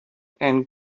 and